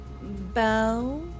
bow